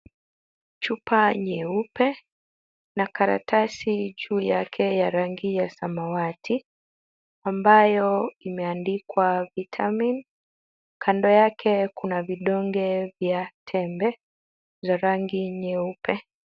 Chupa nyeupe na karatasi juu yake ya rangi ya samawati ambayo imeandikwa vitamin, kando yake kuna vidonge vya tembe za rangi nyeupe.